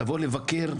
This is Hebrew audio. תבוא לבקר,